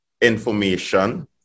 information